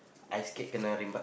I scared kenna